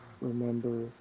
remember